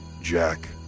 Jack